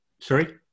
Sorry